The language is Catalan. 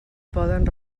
poden